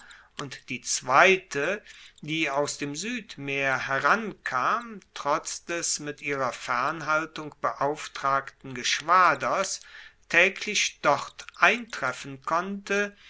und die zweite die aus dem suedmeer herankam trotz des mit ihrer fernhaltung beauftragten geschwaders taeglich dort eintreffen konnte